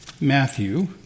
Matthew